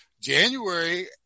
January